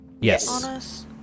Yes